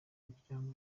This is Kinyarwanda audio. muryango